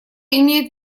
имеет